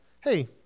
hey